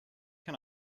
can